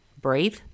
breathe